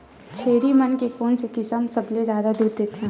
छेरी मन के कोन से किसम सबले जादा दूध देथे?